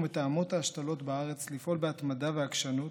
מתאמות ההשתלות בארץ לפעול בהתמדה ועקשנות,